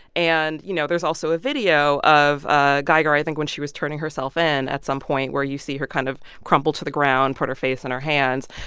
and, you know, there's also a video of ah guyger, i think, when she was turning herself in at some point, where you see her kind of crumple to the ground, put her face in her hands.